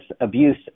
abuse